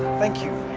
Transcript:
thank you.